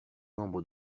membres